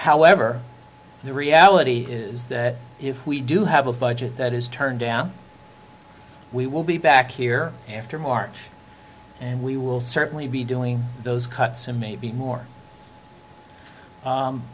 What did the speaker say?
however the reality is that if we do have a budget that is turned down we will be back here after march and we will certainly be doing those cuts and maybe more